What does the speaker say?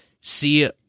see